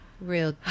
Real